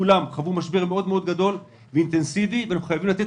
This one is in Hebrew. כולם חוו משבר גדול מאוד ואינטנסיבי ואנחנו חייבים לתת